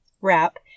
wrap